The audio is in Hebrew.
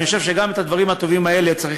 אני חושב שגם את הדברים הטובים האלה צריך,